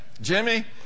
Jimmy